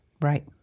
Right